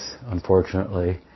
unfortunately